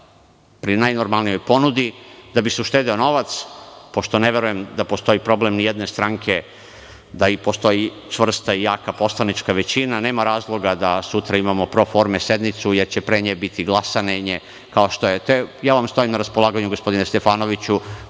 pri najnormalnijoj ponudi, da bi se uštedeo novac, pošto ne verujem da postoji problem ijedne stranke i da postoji čvrsta i jaka poslanička većina, nema razloga da sutra imamo proforme sednice, jer će pre nje biti glasanje. Ja vam stojim na raspolaganju, gospodine Stefanoviću.